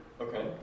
Okay